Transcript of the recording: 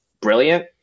brilliant